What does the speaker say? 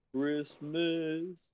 Christmas